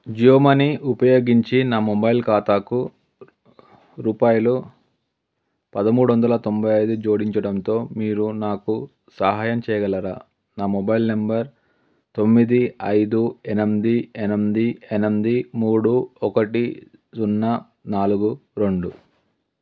Jio money ఉపయోగించి నా mobile ఖాతాకు రూపాయలు పదమూడు వందల తొంభై ఐదు జోడించడంతో మీరు నాకు సహాయం చేయగలరా నా మొబైల్ నెంబర్ తొమ్మిది ఐదు ఎనిమిది ఎనిమిది ఎనిమిది మూడు ఒకటి సున్నా నాలుగు రెండు